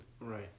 right